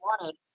wanted